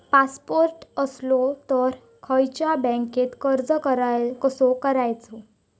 Passport असलो तर खयच्या बँकेत अर्ज कसो करायचो?